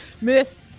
miss